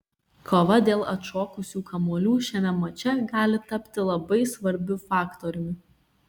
kova dėl atšokusių kamuolių šiame mače gali tapti labai svarbiu faktoriumi